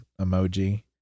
emoji